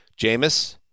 Jameis –